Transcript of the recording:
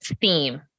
theme